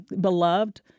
beloved